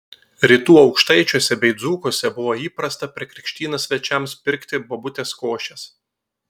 rytų aukštaičiuose bei dzūkuose buvo įprasta per krikštynas svečiams pirkti bobutės košės